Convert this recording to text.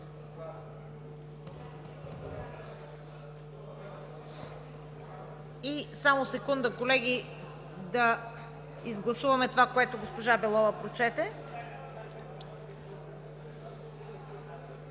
само секунда, да гласуваме това, което госпожа Белова прочете.